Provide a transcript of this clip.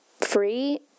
free